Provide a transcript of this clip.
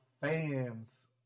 fan's